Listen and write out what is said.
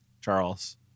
Charles